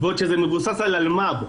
בעוד שזה מבוסס על אלמ"ב,